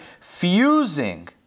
Fusing